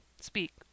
speak